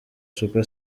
super